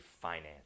finance